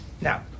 Now